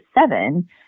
seven